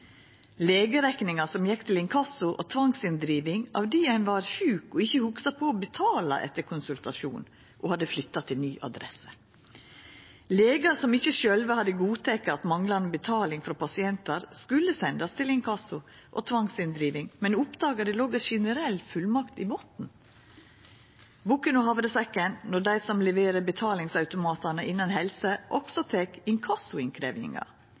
legerekninga som gjekk til inkasso og tvangsinndriving av di ein var sjuk og ikkje hugsa på å betala etter konsultasjonen, og ein hadde flytta til ny adresse, og legar som ikkje sjølve hadde godteke at manglande betaling frå pasientar skulle sendast til inkasso og tvangsinndriving, men oppdaga at det låg ei generell fullmakt i